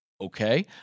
okay